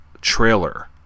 trailer